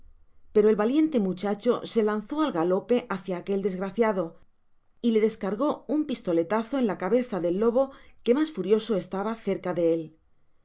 pero el valiente muchacho se lanzó al galope hácia aquel desgraciado y le descargó un pistoletazo en la cabeza del lobo que mas furioso estaba cerca de él